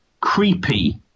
creepy